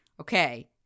okay